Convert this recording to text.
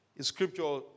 Scripture